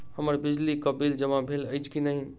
हम्मर बिजली कऽ बिल जमा भेल अछि की नहि?